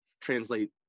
translate